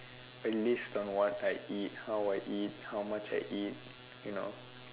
a list on what I eat how I eat how much I eat you know